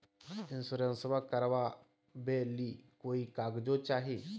इंसोरेंसबा करबा बे ली कोई कागजों चाही?